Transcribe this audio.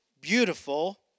beautiful